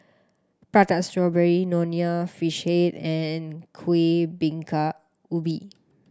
Prata Strawberry Nonya Fish Head and Kuih Bingka Ubi